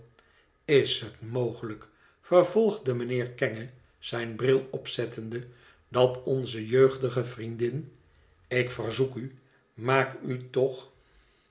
is het mogelijk vervolgde mijnheer kenge zijn bril opzettende dat onze jeugdige vriendin ik verzoek u maak u toch